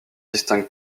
distingue